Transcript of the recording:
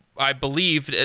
i believe,